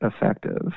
effective